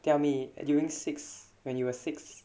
tell me during six when you were six